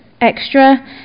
extra